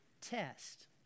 test